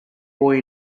boy